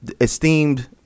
esteemed